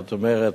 זאת אומרת,